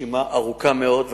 רשימה ארוכה מאוד.